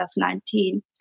2019